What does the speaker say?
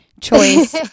choice